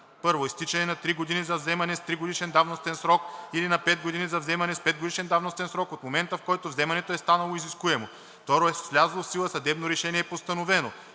1. изтичане на три години за вземане с тригодишен давностен срок или на пет години за вземане с петгодишен давностен срок от момента, в който вземането е станало изискуемо; 2. с влязло в сила съдебно решение е постановено,